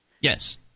Yes